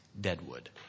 deadwood